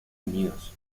unidos